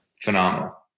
Phenomenal